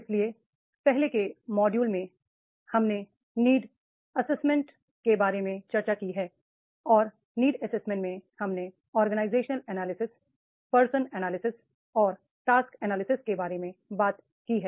इसलिए पहले के मॉड्यूल में हमने नीड एसेसमेंट के बारे में चर्चा की है और नीड एसेसमेंट में हमने ऑर्गेनाइजेशनल एनालिसिस पर्सन एनालिसिस और टास्क एनालिसिस के बारे में बात की है